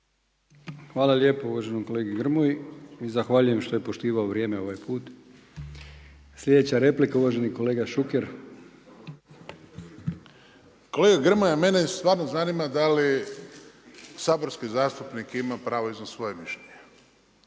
Hvala lijepo uvaženom kolegi Grmoji i zahvaljujem što poštivao vrijeme ovaj put. Slijedeća replika uvaženi kolega Šuker. **Šuker, Ivan (HDZ)** Kolega Grmoja, mene stvarno zanima da li saborski zastupnik ima pravo iznest svoje mišljenje.